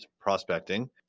prospecting